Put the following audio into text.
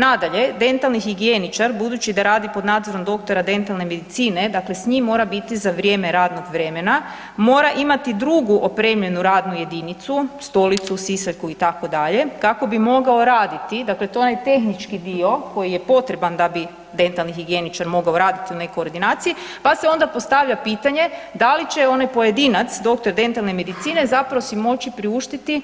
Nadalje, dentalni higijeničar budući da radi pod nadzorom doktora dentalne medicine, dakle s njim mora biti za vrijeme radnog vremena, mora imati drugu opremljenu radnu jedinicu, stolicu, sisaljku itd., kako bi mogao raditi, dakle to je onaj dio tehnički dio koji je potreban da bi dentalni higijeničar mogao raditi u nekoj ordinaciji, pa se onda postavlja pitanje da li će onaj pojedinac, doktor dentalne medicine, zapravo si moći priuštiti